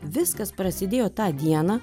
viskas prasidėjo tą dieną